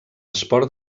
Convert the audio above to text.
esport